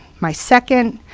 my second